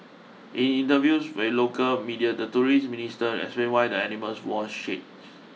in interviews with local media the tourist minister explained why the animals wore shades